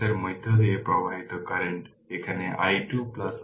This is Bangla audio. নর্টন সার্কিটের ক্ষেত্রে আর নর্টন এবং আর 2